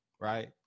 right